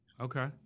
Okay